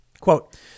Quote